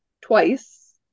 twice